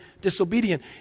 disobedient